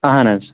اَہَن حظ